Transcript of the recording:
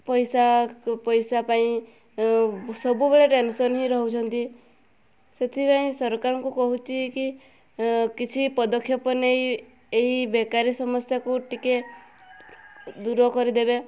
ପଇସା ପଇସା ପାଇଁ ସବୁବେଳେ ଟେନସନ୍ ହିଁ ରହୁଛନ୍ତି ସେଥିପାଇଁ ସରକାରଙ୍କୁ କହୁଛି କି କିଛି ପଦକ୍ଷେପ ନେଇ ଏଇ ବେକାରୀ ସମସ୍ୟାକୁ ଟିକେ ଦୂର କରିଦେବେ